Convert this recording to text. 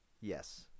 Yes